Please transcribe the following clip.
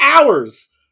hours